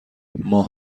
ماه